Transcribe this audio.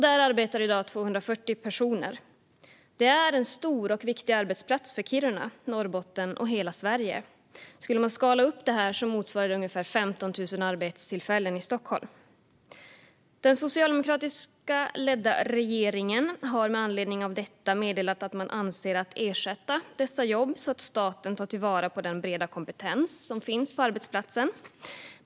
Där arbetar i dag 240 personer. Det är en stor och viktig arbetsplats för Kiruna, Norrbotten och hela Sverige - det motsvarar ungefär 15 000 arbetstillfällen i Stockholm. Den socialdemokratiskt ledda regeringen har med anledning av detta meddelat att man avser att ersätta dessa jobb så att staten tar vara på den breda kompetens som finns på arbetsplatsen.